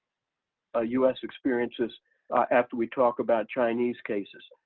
ah us experiences after we talk about chinese cases.